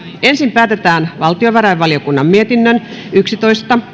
ensin päätetään valtiovarainvaliokunnan mietinnön yksitoista